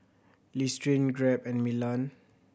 Listerine Grab and Milan